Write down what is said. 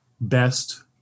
best